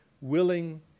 willing